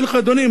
מה קרה לך,